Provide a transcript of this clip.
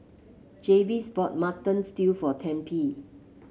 Jarvis bought Mutton Stew for Tempie